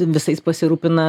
visais pasirūpina